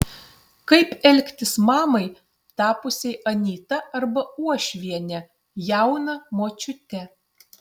kaip elgtis mamai tapusiai anyta arba uošviene jauna močiute